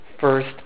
first